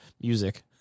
music